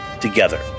together